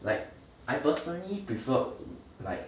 like I personally preferred like